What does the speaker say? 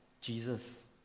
Jesus